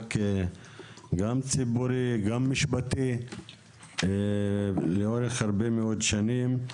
במאבק גם ציבורי, גם משפטי לאורך הרבה מאוד שנים.